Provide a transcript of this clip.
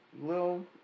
little